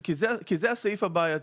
כי זה הסעיף הבעייתי,